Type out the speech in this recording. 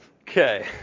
Okay